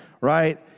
Right